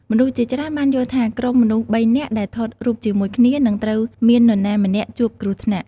មនុស្សជាច្រើនបានយល់ថា ក្រុមមនុស្សបីនាក់ដែលថតរូបជាមួយគ្នានឹងត្រូវមាននរណាម្នាក់ជួបគ្រោះថ្នាក់។